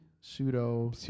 Pseudo